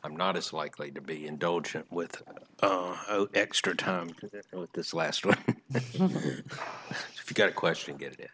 i'm not as likely to be indulgent with extra time with this last one but if you get a question get it